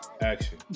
action